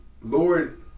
Lord